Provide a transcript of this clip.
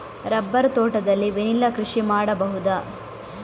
Rubber ತೋಟದಲ್ಲಿ vanilla ಕೃಷಿ ಮಾಡಬಹುದಾ?